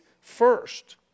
first